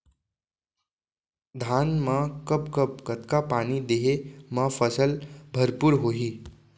धान मा कब कब कतका पानी देहे मा फसल भरपूर होही?